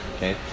Okay